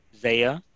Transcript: Zaya